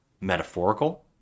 metaphorical